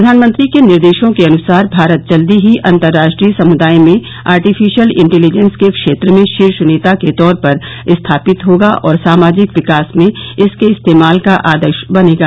प्रधानमंत्री के निर्देशों के अनुसार भारत जल्दी ही अंतर्राष्ट्रीय समुदाय में आर्टिफिशियल इंटेलिजेन्स के क्षेत्र में शीर्ष नेता के तौर पर स्थापित होगा और सामाजिक विकास में इसके इस्तेमाल का आदर्श बनेगा